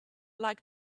like